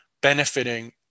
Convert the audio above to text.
benefiting